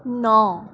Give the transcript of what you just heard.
ন